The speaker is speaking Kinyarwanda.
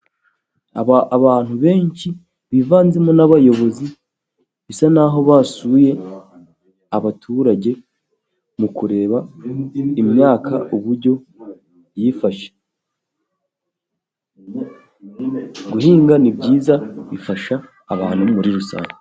Abantu benshi bivanzemo n'abayobozi, bisa'naho basuye abaturage mu kureba imyaka uko byifashye, guhinga ni byiza, bifasha abantu muri rusange.